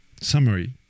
summary